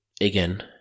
again